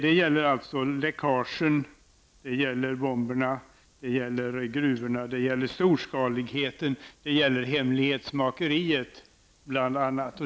Det gäller alltså läckaget, det gäller bomberna, det gäller gruvorna, det gäller storskaligheten och det gäller hemlighetsmakeriet, bl.a.